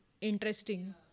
interesting